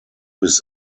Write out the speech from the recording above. bis